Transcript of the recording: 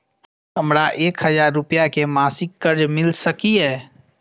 हमरा एक हजार रुपया के मासिक कर्ज मिल सकिय?